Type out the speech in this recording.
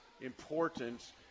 important